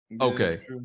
okay